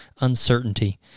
uncertainty